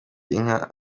inka